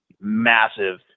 massive